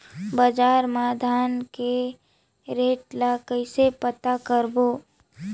बजार मा धान के रेट ला कइसे पता करबो?